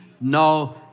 no